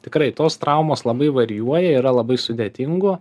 tikrai tos traumos labai varijuoja yra labai sudėtingų